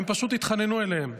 הם פשוט התחננו אליהם: